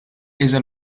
ella